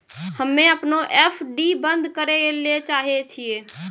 हम्मे अपनो एफ.डी बन्द करै ले चाहै छियै